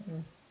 mm